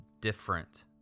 different